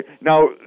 now